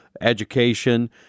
education